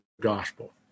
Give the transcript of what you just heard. gospel